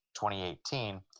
2018